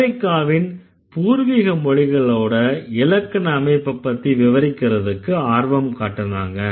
அமெரிக்காவின் பூர்வீக மொழிகளோட இலக்கண அமைப்ப பத்தி விவரிக்கறதுக்கு ஆர்வம் காட்டுனாங்க